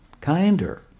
Kinder